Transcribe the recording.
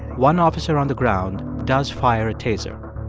one officer on the ground does fire a taser.